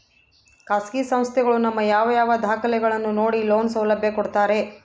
ಖಾಸಗಿ ಸಂಸ್ಥೆಗಳು ನಮ್ಮ ಯಾವ ಯಾವ ದಾಖಲೆಗಳನ್ನು ನೋಡಿ ಲೋನ್ ಸೌಲಭ್ಯ ಕೊಡ್ತಾರೆ?